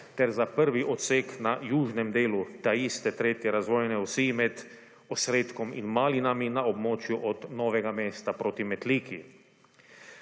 ter za pravi odsek na južnem delu te iste tretje razvojne osi med Osredkom in Malinami na območju od Novega mesta proti Metliki.